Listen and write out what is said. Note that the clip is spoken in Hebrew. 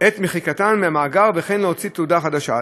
את מחיקתם מהמאגר וכן להוציא תעודה חדשה.